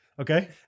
Okay